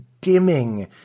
dimming